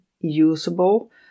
usable